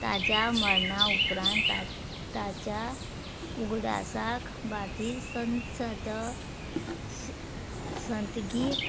ताज्या मरणा उपरांत ताच्या उगडासाक भारतीय संसद संतगीत